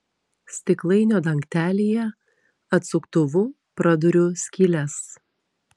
stiklainio dangtelyje atsuktuvu praduriu skyles